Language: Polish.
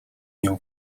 nią